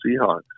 Seahawks